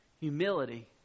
Humility